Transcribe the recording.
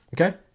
okay